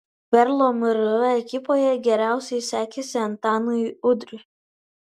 perlo mru ekipoje geriausiai sekėsi antanui udrui